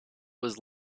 was